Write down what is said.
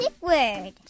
word